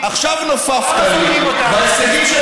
עכשיו נופפת לי בהישגים של